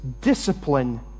discipline